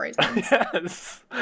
Yes